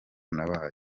nabaye